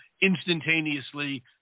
instantaneously